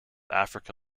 africa